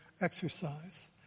exercise